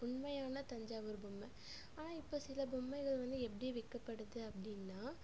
உண்மையான தஞ்சாவூர் பொம்மை ஆனால் இப்போ சில பொம்மைகள் வந்து எப்படி விற்கப்படுது அப்படின்னா